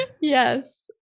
Yes